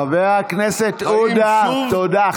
חבר הכנסת עודה, תודה.